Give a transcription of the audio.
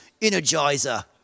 Energizer